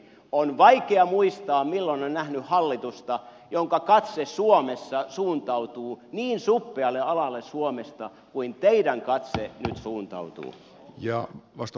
on vaikea muistaa milloin on nähnyt hallitusta jonka katse suomessa suuntautuu niin suppealle alalle suomesta kuin teidän katseenne nyt suuntautuu